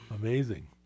Amazing